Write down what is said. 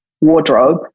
wardrobe